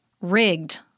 rigged